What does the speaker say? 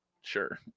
Sure